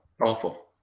awful